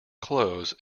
clothes